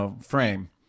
frame